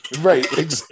Right